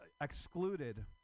excluded